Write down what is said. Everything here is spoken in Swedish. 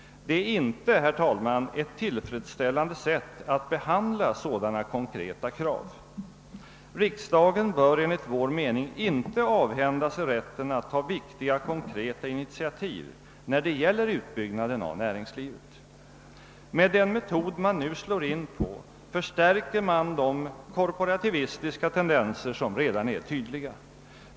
Det är inte, herr talman, ett tillfredsställande sätt att behandla sådana konkreta krav. Riksdagen bör enligt vår mening inte avhända sig rätten att ta viktiga konkreta initiativ när det gäller utbyggnaden av näringslivet. Med den metod man nu använder förstärker man de korporativistiska tendenser som redan är tydliga.